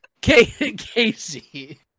Casey